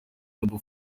noble